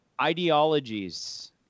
ideologies